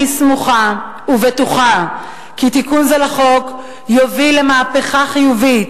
אני סמוכה ובטוחה כי תיקון זה לחוק יוביל למהפכה חיובית